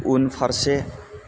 उनफारसे